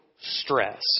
stress